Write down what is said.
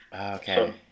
Okay